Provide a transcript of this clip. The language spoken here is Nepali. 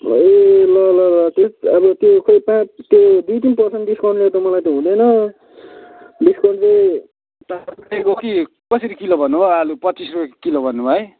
ए ल ल त्यस अब त्यो खोइ पाँच त्यो दुई तिन पर्सेन्ट डिसकाउन्टले त मलाई हुँदैन डिसकाउन्टल चाहिँ तपाईँको कि कसरी किलो भन्नु भयो आलु पच्चिस रुपियाँ किलो भन्नु भयो है